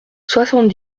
soixante